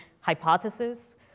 hypothesis